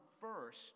first